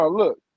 look